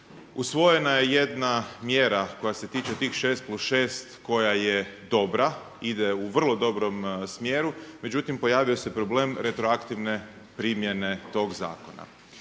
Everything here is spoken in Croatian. usvojena je jedna mjera koja se tiče tih 6+6 koja je dobra, ide u vrlo dobrom smjeru, međutim pojavio se problem retroaktivne primjene tog zakona.